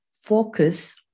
focus